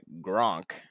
Gronk